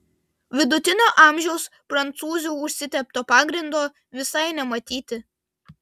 vidutinio amžiaus prancūzių užsitepto pagrindo visai nematyti